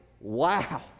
wow